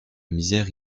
misère